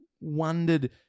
wondered